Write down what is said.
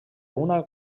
una